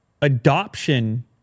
adoption